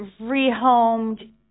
rehomed